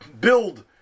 build